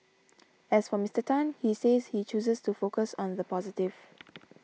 as for Mister Tan he says he chooses to focus on the positive